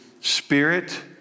spirit